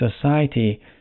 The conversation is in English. society